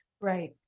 Right